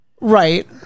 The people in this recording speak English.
right